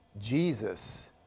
Jesus